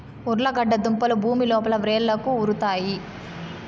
ఉర్లగడ్డ దుంపలు భూమి లోపల వ్రేళ్లకు ఉరుతాయి